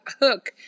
hook